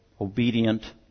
obedient